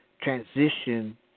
transition